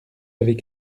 avez